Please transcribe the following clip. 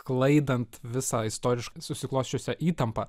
sklaidant visą istoriškai susiklosčiusią įtampą